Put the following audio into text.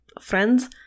friends